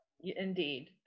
Indeed